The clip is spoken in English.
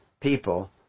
people